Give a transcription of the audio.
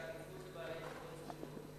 שהעדיפות לבעלי כיפות סרוגות.